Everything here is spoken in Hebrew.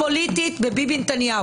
אין שום קשר לוועדת הכנסת לנושא הזה.